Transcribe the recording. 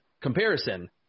comparison